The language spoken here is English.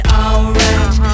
alright